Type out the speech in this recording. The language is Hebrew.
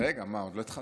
רגע, מה, עוד לא התחלתי.